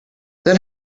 then